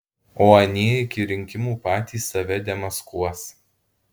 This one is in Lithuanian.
o anie iki rinkimų patys save demaskuos